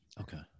Okay